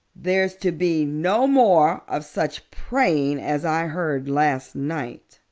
there's to be no more of such praying as i heard last night.